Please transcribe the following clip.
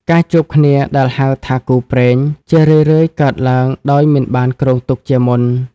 ការជួបគ្នាដែលហៅថាគូព្រេង ជារឿយៗកើតឡើងដោយមិនបានគ្រោងទុកជាមុន។